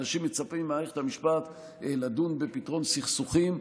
אנשים מצפים ממערכת המשפט לדון בפתרון סכסוכים,